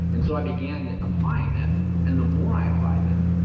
and so i began applying them and the more i applied them,